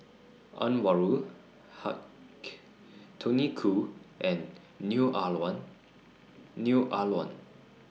Anwarul Haque Tony Khoo and Neo Ah Luan